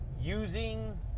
using